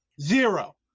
Zero